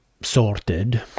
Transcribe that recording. sorted